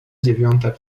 dziewiąta